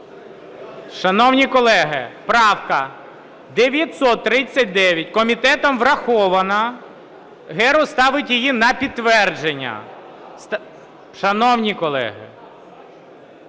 Шановні колеги, правка 939 комітетом врахована, Герус ставить її на підтвердження.